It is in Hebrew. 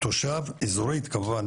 תושב אזורית כמובן,